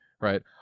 right